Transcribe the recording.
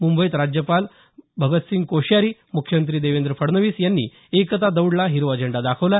मुंबईत राज्यपाल भगतसिंग कोश्यारी मुख्यमंत्री देवेंद्र फडणवीस यांनी एकता दौडला हिरवा झेंडा दाखवला